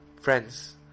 Friends